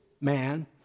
man